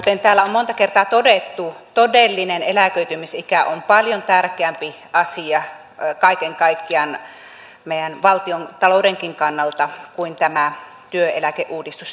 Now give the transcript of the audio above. kuten täällä on monta kertaa todettu todellinen eläköitymisikä on paljon tärkeämpi asia kaiken kaikkiaan meidän valtiontaloudenkin kannalta kuin tämä työeläkeuudistus sinänsä